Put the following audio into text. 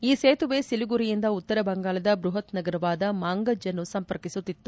ಈ ಸೇತುವೆ ಸಿಲಿಗುರಿಯಿಂದ ಉತ್ತರ ಬಂಗಾಲದ ಬ್ವಹತ್ ನಗರವಾದ ಮಾಂಗಂಜ್ಅನ್ನು ಸಂಪರ್ಕಿಸುತ್ತಿತ್ತು